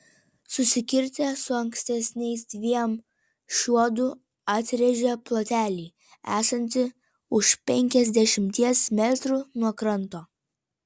susikirtę su ankstesniais dviem šiuodu atrėžė plotelį esantį už penkiasdešimties metrų nuo kranto